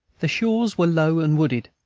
the shores were low and wooded,